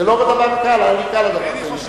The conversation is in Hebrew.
זה לא דבר קל, אל יקל הדבר בעיניך.